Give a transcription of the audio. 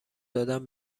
دادن